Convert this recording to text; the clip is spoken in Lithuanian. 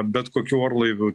bet kokiu orlaivių